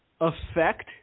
affect